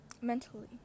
Mentally